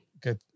Good